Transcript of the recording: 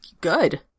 good